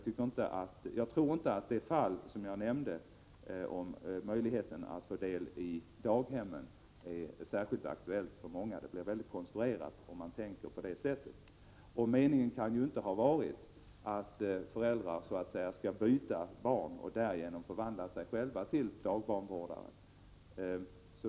Och jag tror att det fall som jag nämnde om möjligheten att få daghemsplats inte är särskilt aktuellt för många — det är väldigt konstruerat. Meningen kan inte heller ha varit att föräldrarna så att säga skall byta barn och därigenom förvandla sig själva till dagbarnvårdare.